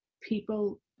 people